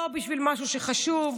לא בשביל משהו חשוב,